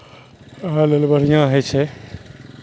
इएह लेल बढ़िआँ होइ छै